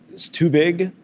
it's too big,